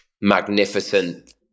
magnificent